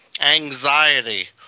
anxiety